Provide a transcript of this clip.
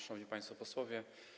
Szanowni Państwo Posłowie!